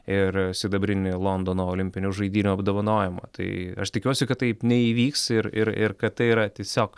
ir sidabrinį londono olimpinių žaidynių apdovanojimą tai aš tikiuosi kad taip neįvyks ir ir ir kad tai yra tiesiog